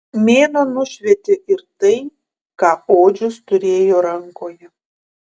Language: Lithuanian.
mėnuo nušvietė ir tai ką odžius turėjo rankoje